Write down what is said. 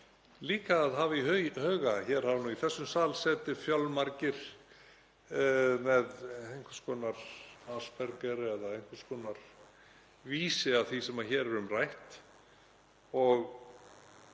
gott að hafa í huga að hér hafa nú í þessum sal setið fjölmargir með einhvers konar Asperger eða einhvers konar vísi að því sem hér er um rætt.